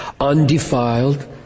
undefiled